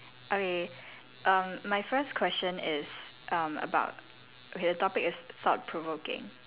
okay err my first question is um about okay the topic is thought provoking